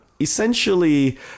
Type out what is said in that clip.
Essentially